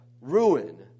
ruin